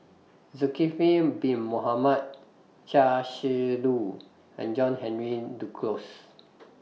Zulkifli Bin Mohamed Chia Shi Lu and John Henry Duclos